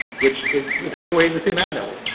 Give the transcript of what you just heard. which is by the way the same ad network.